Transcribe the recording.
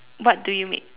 what do you make